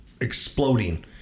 exploding